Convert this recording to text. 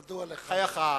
מדוע לך להתווכח?